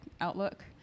outlook